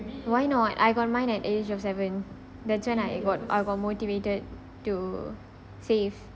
why not I got mine at age of seven that's when I got I got motivated to save